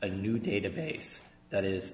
a new database that is